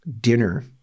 dinner